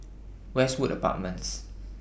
Westwood Apartments